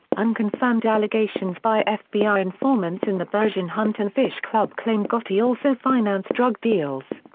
unconfirmed allegations by fbi informants in the bergin hunt and fish club claimed gotti also financed drug deals.